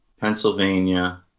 Pennsylvania